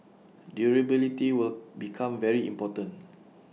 durability will become very important